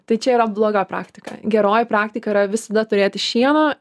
tai čia yra bloga praktika geroji praktika yra visada turėti šieno